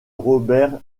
robert